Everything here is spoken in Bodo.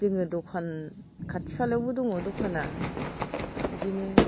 जोङो दखान खाथि खालायावबो दङ दखाना इदिनो